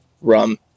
rum